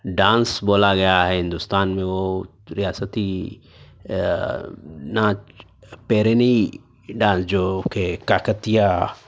dance بولا گیا ہے ہندوستان میں وہ ریاستی ناچ پیرینی ڈانس جو کہ کاکتیا